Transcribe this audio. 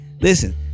Listen